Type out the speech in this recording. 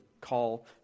call